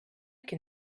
can